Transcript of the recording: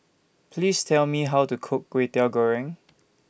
Please Tell Me How to Cook Kway Teow Goreng